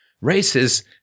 races